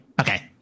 okay